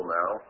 now